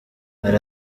hari